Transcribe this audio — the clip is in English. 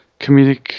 comedic